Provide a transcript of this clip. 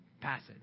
passage